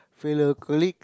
fellow colleague